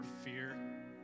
fear